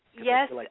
Yes